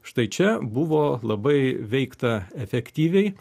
štai čia buvo labai veikta efektyviai